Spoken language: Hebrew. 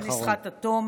שנסחט עד תום,